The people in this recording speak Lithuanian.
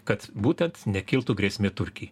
kad būtent nekiltų grėsmė turkijai